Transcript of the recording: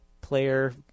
player